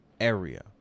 area